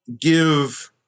give